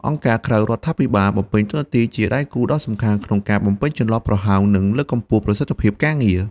អង្គការក្រៅរដ្ឋាភិបាល បំពេញតួនាទីជាដៃគូដ៏សំខាន់ក្នុងការបំពេញចន្លោះប្រហោង និងលើកកម្ពស់ប្រសិទ្ធភាពការងារ។